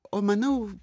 o manau